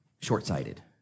Short-sighted